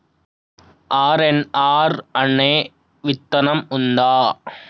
RNR అనే విత్తనం ఉందా?